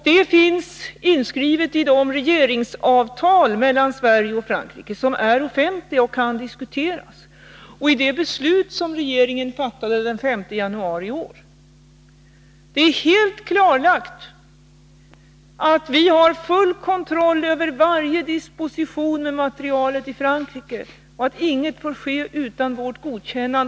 Det finns inskrivet i regeringsavtal mellan Sverige och Frankrike som är offentliga och kan diskuteras och i det beslut som regeringen fattade den 5 januari i år. Det är helt klarlagt att vi har full kontroll över varje disposition av materialet i Frankrike och att inget får ske utan vårt godkännande.